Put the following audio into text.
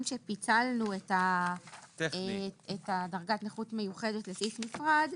שפיצלנו את דרגת נכות מיוחדת לסעיף נפרד,